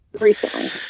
recently